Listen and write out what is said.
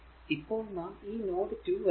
ഇപ്പോൾ നാം ഈ നോഡ് 2 വരയ്ക്കുന്നു